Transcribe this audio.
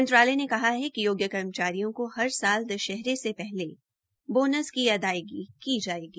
मंत्रालय ने कहा है कि योग्य कर्मचारियों को हर साल दशहरे से पहले बोनस की अदायगी की जायेगी